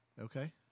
Okay